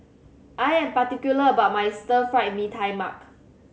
I am particular about my Stir Fried Mee Tai Mak